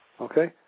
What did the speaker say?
Okay